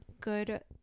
good